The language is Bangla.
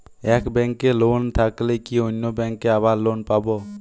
এক ব্যাঙ্কে লোন থাকলে কি অন্য ব্যাঙ্কে আবার লোন পাব?